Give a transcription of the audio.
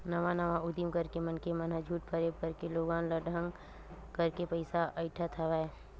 नवा नवा उदीम करके मनखे मन ह झूठ फरेब करके लोगन ल ठंग करके पइसा अइठत हवय